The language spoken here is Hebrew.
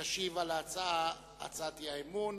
ישיב על הצעת האי-אמון.